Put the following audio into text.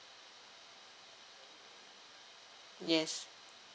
yes